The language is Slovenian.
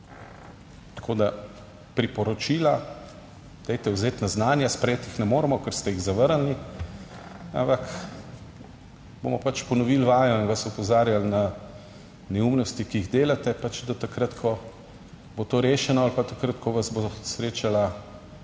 Tako da priporočila, dajte vzeti na znanje, sprejeti jih ne moremo, ker ste jih zavrnili, ampak bomo ponovili vajo in vas opozarjali na neumnosti, ki jih delate, pač do takrat, ko bo to rešeno ali pa takrat, ko vas bo srečala